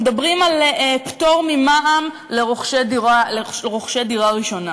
מדברים על פטור ממע"מ לרוכשי דירה ראשונה.